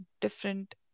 different